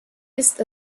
ist